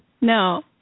no